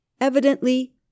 Evidently